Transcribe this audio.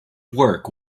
work